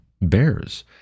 bears